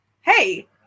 hey